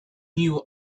knew